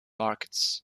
markets